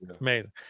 amazing